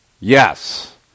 Yes